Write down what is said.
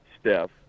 Steph